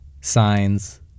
Signs